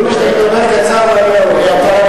אמרו לי שאתה מדבר קצר ואני ארוך.